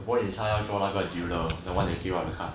the problem is 他要做那个 dealer the one they give out of the car